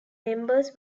members